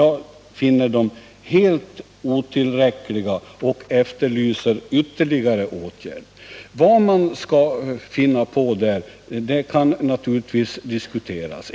Jag finner de hittills vidtagna åtgärderna helt otillräckliga och efterlyser vad som ytterligare kan företas. Vad man skall hitta på kan naturligtvis diskuteras.